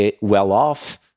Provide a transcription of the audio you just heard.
well-off